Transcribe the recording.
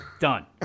done